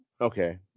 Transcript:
okay